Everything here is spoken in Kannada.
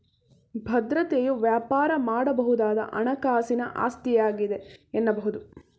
ಭದ್ರತೆಯು ವ್ಯಾಪಾರ ಮಾಡಬಹುದಾದ ಹಣಕಾಸಿನ ಆಸ್ತಿಯಾಗಿದೆ ಎನ್ನಬಹುದು